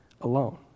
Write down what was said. alone